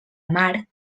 mar